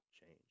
change